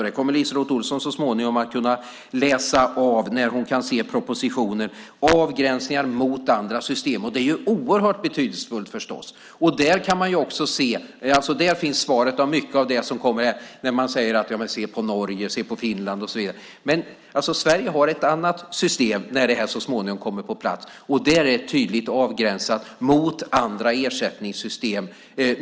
Det kommer LiseLotte Olsson så småningom att kunna se i propositionen. Det är avgränsningar mot andra system, och det är förstås oerhört betydelsefullt. Där finns också mycket av svaret när det gäller att man säger: Ja, men se på Norge, se på Finland och så vidare. Sverige har alltså ett annat system, när det här så småningom kommer på plats. Det är tydligt avgränsat mot andra ersättningssystem.